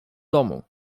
domu